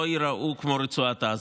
לא ייראו כמו רצועת עזה,